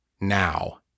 now